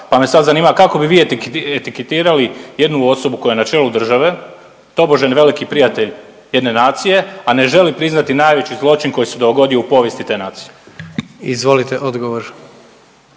pa me sad zanima kako bi vi etiketirali jednu osobu koja je na čelu države, tobože veliki prijatelj jedne nacije, a ne želi priznati najveći zločin koji se dogodio u povijesti te nacije? **Jandroković,